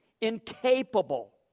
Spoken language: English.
incapable